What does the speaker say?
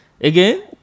Again